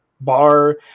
bar